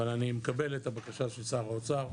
אבל אני מקבל את הבקשה של שר האוצר.